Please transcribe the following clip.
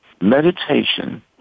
Meditation